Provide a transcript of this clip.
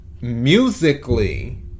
musically